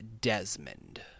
Desmond